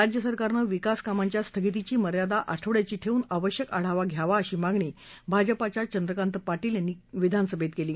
राज्य सरकारन विकास कामांच्या स्थगितीची मर्यादा आठवडयाची ठेवून आवश्यक आढावा घ्यावा अशी मागणी भाजपाच्या चंद्रकांत पाटील यांनी विधानसभेत केली